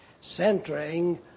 centering